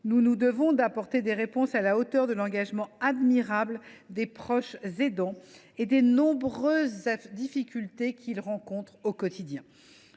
Nous nous devons d’apporter des réponses à la hauteur de l’engagement admirable des proches aidants et des nombreuses difficultés qu’ils rencontrent au quotidien.